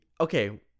Okay